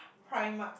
primark